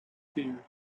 fear